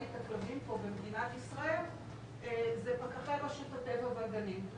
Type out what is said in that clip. את הכלבים פה במדינת ישראל זה פקחי רשות הטבע והגנים.